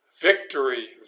Victory